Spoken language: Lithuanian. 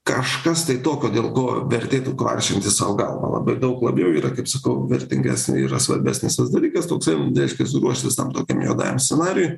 kažkas tai tokio dėl ko vertėtų kvaršinti sau galvą labai daug labiau yra kaip sakau vertingesnė yra svarbesnis tas dalykas toksai reiškias ruoštis tam tokiam juodajam scenarijui